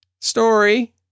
story